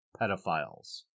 pedophiles